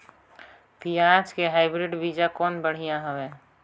पियाज के हाईब्रिड बीजा कौन बढ़िया हवय?